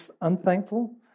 unthankful